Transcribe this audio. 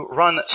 run